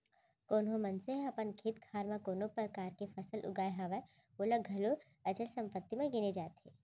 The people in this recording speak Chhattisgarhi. कोनो मनसे ह अपन खेत खार म कोनो परकार के फसल उगाय हवय ओला घलौ अचल संपत्ति म गिने जाथे